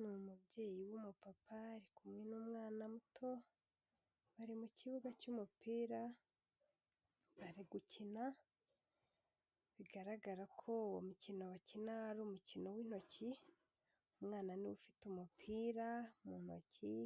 Ni umubyeyi w'umupapa, ari kumwe n'umwana muto, bari mu kibuga cy'umupira, bari gukina, bigaragara ko uwo mukino bakina ari umukino w'intoki, umwana niwe ufite umupira mu ntoki,